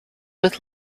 with